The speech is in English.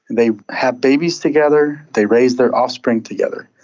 they have babies together, they raise their offspring together.